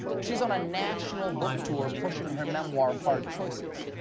she's on a national book tour pushing her memoir hard choices.